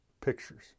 pictures